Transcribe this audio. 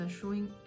showing